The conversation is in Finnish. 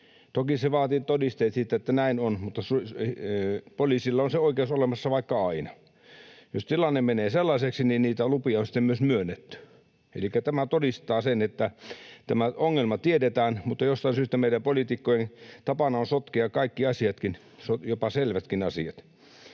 Toki se vaatii todisteet siitä, että näin on, mutta poliisilla on se oikeus olemassa vaikka aina. Jos tilanne menee sellaiseksi, niitä lupia on sitten myös myönnetty. Elikkä tämä todistaa sen, että tämä ongelma tiedetään, mutta jostain syystä meidän poliitikkojen tapana on sotkea kaikki asiat, jopa selvätkin asiat.